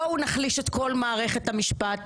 בואו נחליף את כל מערכת המשפט,